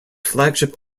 flagship